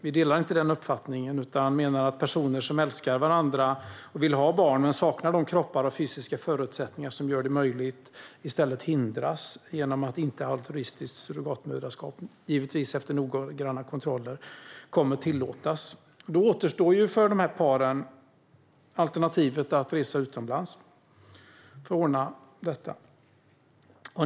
Vi delar inte den uppfattningen utan menar att personer som älskar varandra och vill ha barn men saknar de kroppar och fysiska förutsättningar som gör det möjligt i stället hindras genom att inte altruistiskt surrogatmoderskap, givetvis efter noggranna kontroller, kommer att tillåtas. Då återstår för de paren alternativet att resa utomlands för att ordna detta.